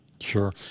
Sure